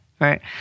right